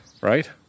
right